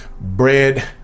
Bread